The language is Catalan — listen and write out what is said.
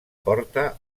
porta